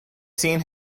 seen